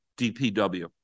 dpw